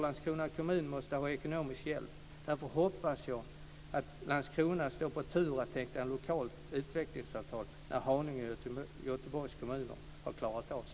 Landskrona kommun måste få ekonomisk hjälp. Därför hoppas jag att Landskrona står på tur att teckna ett lokalt utvecklingsavtal när Haninge och Göteborgs kommuner har klarat av sina.